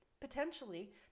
Potentially